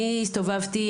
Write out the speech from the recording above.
אני הסתובבתי,